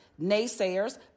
naysayers